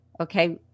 Okay